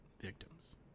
victims